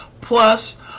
plus